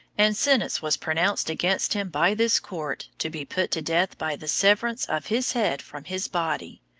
and sentence was pronounced against him by this court, to be put to death by the severance of his head from his body,